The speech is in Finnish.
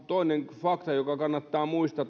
toinen fakta joka kannattaa muistaa